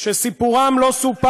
תראה